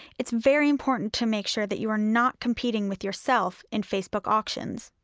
it is very important to make sure that you are not competing with yourself in facebook auctions.